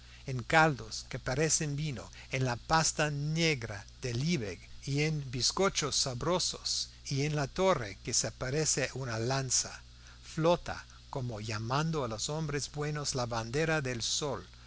en caldos que parecen vino en la pasta negra de liebig y en bizcochos sabrosos y en la torre que se parece a una lanza flota como llamando a los hombres buenos la bandera del sol